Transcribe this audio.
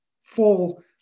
full